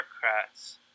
bureaucrats